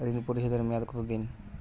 ঋণ পরিশোধের মেয়াদ কত দিন?